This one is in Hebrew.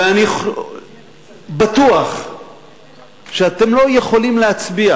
ואני בטוח שאתם לא יכולים להצביע